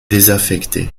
désaffectée